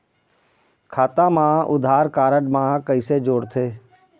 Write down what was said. खाता मा आधार कारड मा कैसे जोड़थे?